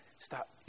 stop